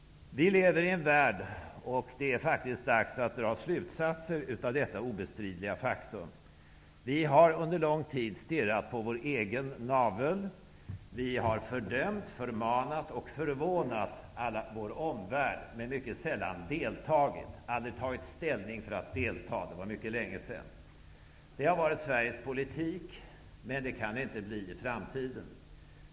Vi lever i en värld, och det är dags att dra slutsatser av detta obestridliga faktum. Vi har under lång tid stirrat på vår egen navel. Vi har fördömt, förmanat och förvånat hela vår omvärld, men mycket sällan deltagit, aldrig tagit ställning för att delta -- det var mycket länge sedan. Det har varit Sveriges politik, men det kan det inte bli i framtiden.